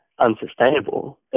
unsustainable